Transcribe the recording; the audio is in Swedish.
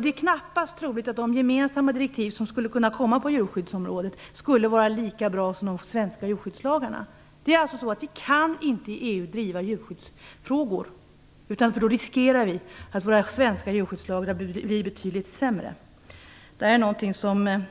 Det är knappast troligt att de gemensamma direktiv som skulle kunna komma på djurskyddsområdet skulle vara lika bra som de svenska djurskyddslagarna. Det är alltså så att vi inte kan driva djurskyddsfrågor i EU. Då riskerar vi att våra svenska djurskyddslagar blir betydligt sämre. Det är något som